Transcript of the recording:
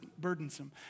burdensome